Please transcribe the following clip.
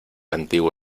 antiguo